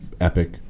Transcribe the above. epic